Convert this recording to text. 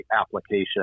application